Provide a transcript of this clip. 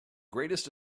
greatest